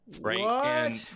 Right